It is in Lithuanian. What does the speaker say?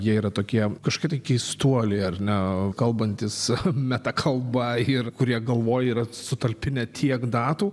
jie yra tokie kažkokie tai keistuoliai ar ne kalbantys metakalba ir kurie galvoj yra sutalpinę tiek datų